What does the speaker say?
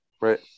Right